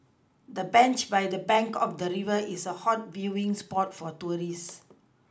the bench by the bank of the river is a hot viewing spot for tourists